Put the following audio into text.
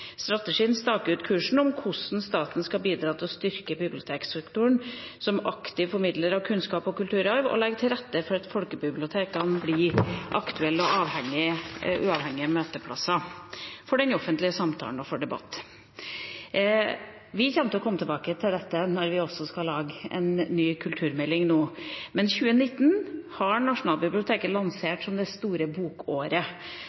Strategien staker ut kursen for hvordan staten skal bidra til å styrke biblioteksektoren som aktiv formidler av kunnskap og kulturarv og legge til rette for at folkebibliotekene blir aktuelle og uavhengige møteplasser for den offentlige samtalen og for debatt. Vi kommer tilbake til dette når vi nå skal lage en ny kulturmelding. 2019 har